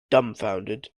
dumbfounded